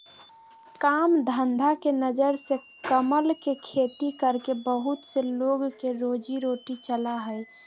काम धंधा के नजर से कमल के खेती करके बहुत से लोग के रोजी रोटी चला हई